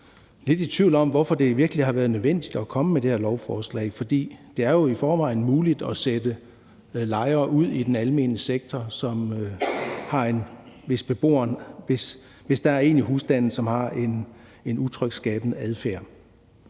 Jeg er sådan lidt i tvivl om, hvorfor det virkelig har været nødvendigt at komme med det her lovforslag, for det er jo i forvejen muligt i den almene sektor at sætte lejere ud, hvis der er en i husstanden, som har en utryghedsskabende adfærd.